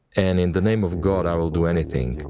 and in the name of god, i'll do everything,